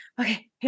okay